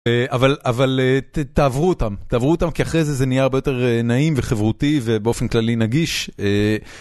אבל תעברו אותם, תעברו אותם כי אחרי זה זה נהיה הרבה יותר נעים וחברותי ובאופן כללי נגיש.